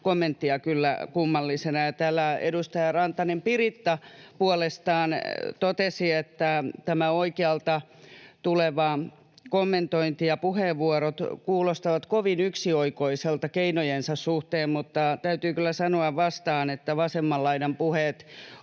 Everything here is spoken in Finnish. kommenttia kyllä kummallisena. Täällä edustaja Rantanen, Piritta puolestaan totesi, että oikealta tuleva kommentointi ja puheenvuorot kuulostavat kovin yksioikoisilta keinojensa suhteen, mutta täytyy kyllä sanoa vastaan, että vasemman laidan puheet